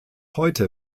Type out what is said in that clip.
heute